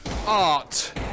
Art